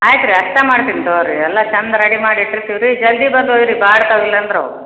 ಆಯ್ತುರಿ ಅಷ್ಟೆ ಮಾಡ್ತೀನಿ ತೊಗೋ ರೀ ಎಲ್ಲಾ ಚೆಂದ ರೆಡಿ ಮಾಡಿ ಇಟ್ಟಿರ್ತಿವಿ ರೀ ಜಲ್ದಿ ಬಂದು ಒಯ್ಯಿರಿ ಬಾಡ್ತವೆ ಇಲ್ಲ ಅಂದ್ರೆ ಅವು